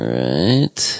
right